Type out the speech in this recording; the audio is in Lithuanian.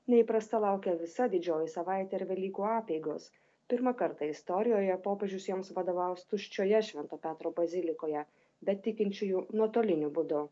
neįprasta laukia visa didžioji savaitė ir velykų apeigos pirmą kartą istorijoje popiežius jiems vadovaus tuščioje švento petro bazilikoje be tikinčiųjų nuotoliniu būdu